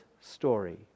story